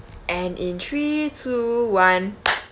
and in three two one